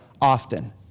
often